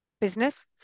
business